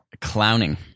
Clowning